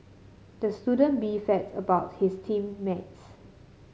the student beefed about his team mates